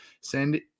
Send